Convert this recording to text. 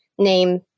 name